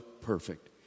perfect